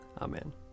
Amen